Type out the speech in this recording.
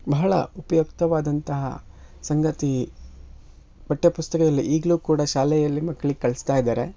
ಬಹಳ ಉಪಯುಕ್ತವಾದಂತಹ ಸಂಗತಿ ಪಠ್ಯಪುಸ್ತಕದಲ್ಲಿ ಈಗಲೂ ಕೂಡ ಶಾಲೆಯಲ್ಲಿ ಮಕ್ಳಿಗೆ ಕಲ್ಸ್ತಾ ಇದ್ದಾರೆ